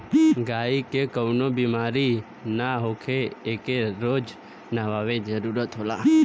गायी के कवनो बेमारी ना होखे एके रोज नहवावे जरुरत होला